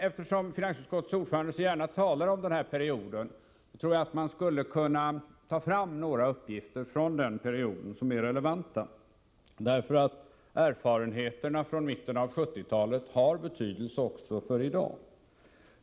Eftersom finansutskottets ordförande så gärna talar om den här perioden, skulle jag vilja ta fram några relevanta siffror från den tiden. Erfarenheterna från mitten av 1970-talet har nämligen betydelse i dag.